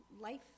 life